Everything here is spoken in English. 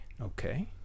Okay